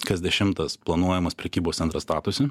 kas dešimtas planuojamas prekybos centras statosi